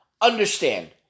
understand